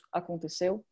aconteceu